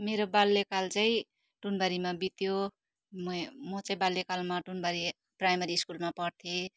मेरो बाल्यकाल चाहिँ टोनबारीमा बित्यो मै म चाहिँ बाल्यकालमा टोनबारी प्राइमेरी स्कुलमा पढ्थेँ